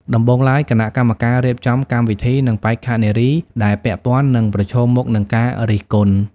ដំបូងឡើយ គណៈកម្មការរៀបចំកម្មវិធីនិងបេក្ខនារីដែលពាក់ព័ន្ធនឹងប្រឈមមុខនឹងការរិះគន់។